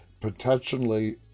potentially